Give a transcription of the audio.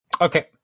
Okay